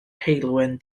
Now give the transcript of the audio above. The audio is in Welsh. heulwen